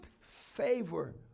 favor